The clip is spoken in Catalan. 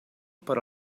per